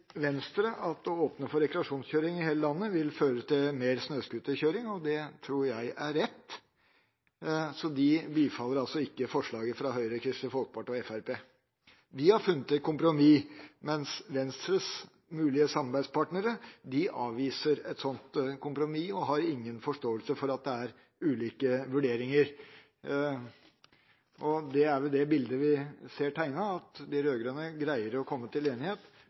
Venstre at å åpne for rekreasjonskjøring i hele landet vil føre til mer snøscooterkjøring, og det tror jeg er rett. De bifaller altså ikke forslaget fra Høyre, Kristelig Folkeparti og Fremskrittspartiet. Vi har funnet et kompromiss, mens Venstres mulige samarbeidspartnere avviser et sånt kompromiss og har ingen forståelse for at det er ulike vurderinger. Det er det bildet vi ser å tegne seg, at de rød-grønne greier å komme til enighet,